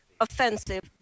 offensive